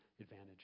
advantage